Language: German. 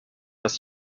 das